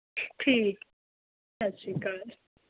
ਠੀਕ ਸਤਿ ਸ਼੍ਰੀ ਅਕਾਲ